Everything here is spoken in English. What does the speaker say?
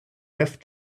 def